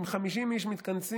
או אם 50 איש מתכנסים,